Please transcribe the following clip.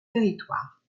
territoire